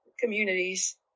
communities